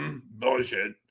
bullshit